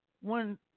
One